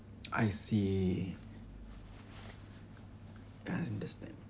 I see I understand